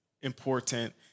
important